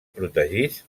protegits